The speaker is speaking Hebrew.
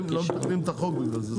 אלא --- לא מקדמים את החוק בגלל זה.